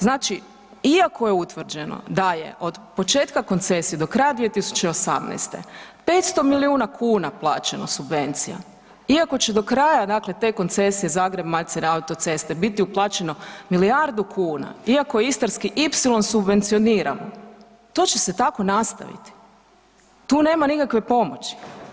Znači iako je utvrđeno da je od početka koncesije do kraja 2018. 500 milijuna kuna plaćeno subvencija, iako će do kraja te koncesije Zagreb-Macelj autoceste biti uplaćeno milijardu kuna, iako je Istarski ipsilon subvencioniran to će se tako nastaviti, tu nema nikakve pomoći.